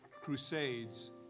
crusades